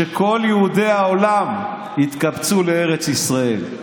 שכל יהודי העולם יתקבצו לארץ ישראל.